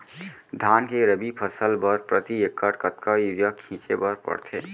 धान के रबि फसल बर प्रति एकड़ कतका यूरिया छिंचे बर पड़थे?